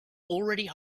already